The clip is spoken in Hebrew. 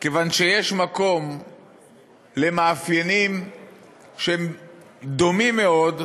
כיוון שיש מקום למאפיינים שהם דומים מאוד,